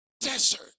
desert